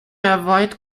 avoid